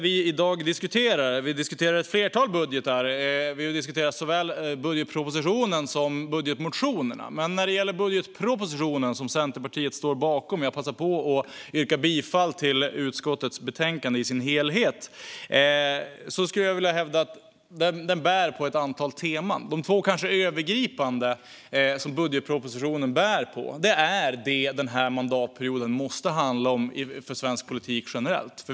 Vi diskuterar ett flertal budgetar i dag, såväl budgetpropositionen som budgetmotionerna, men när det gäller budgetpropositionen som Centerpartiet står bakom - jag passar på att yrka bifall till utskottets förslag i betänkandet i dess helhet - skulle jag vilja hävda att den bär på ett antal teman. De två kanske övergripande teman som budgetpropositionen bär på är det som den här mandatperioden måste handla om för svensk politik generellt.